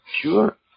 Sure